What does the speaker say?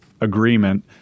agreement